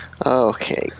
Okay